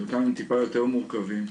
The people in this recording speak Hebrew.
חלקם טיפה יותר מורכבים.